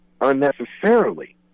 unnecessarily